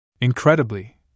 Incredibly